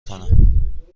کنم